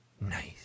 Nice